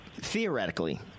theoretically